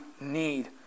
need